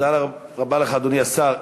תודה רבה לך, אדוני השר.